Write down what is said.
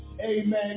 amen